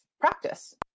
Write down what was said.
practice